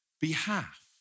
behalf